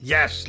Yes